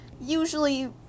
usually